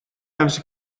amser